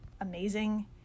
amazing